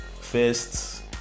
first